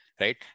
right